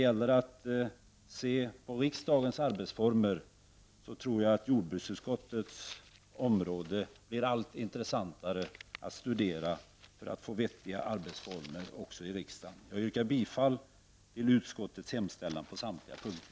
Då riksdagens arbetsformer ses över tror jag att jordbruksutskottets område blir allt intressantare att studera, för att vi skall få vettiga arbetsformer också i riksdagen. Jag yrkar bifall till utskottets hemställan på samtliga punkter.